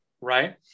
right